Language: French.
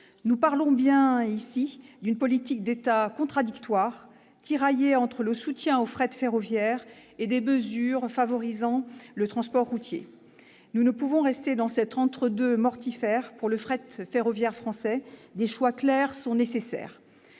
Nous parlons bien ici d'une politique d'État contradictoire, tiraillée entre le soutien au fret ferroviaire et des mesures favorisant le transport routier. Nous ne pouvons rester dans cet entre-deux mortifère pour le fret ferroviaire français. Des choix clairs sont nécessaires.